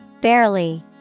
Barely